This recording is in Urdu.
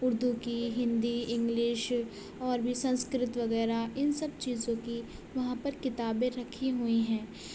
اردو کی ہندی انگلش اور بھی سنسکرت وغیرہ ان سب چیزوں کی وہاں پر کتابیں رکھی ہوئی ہیں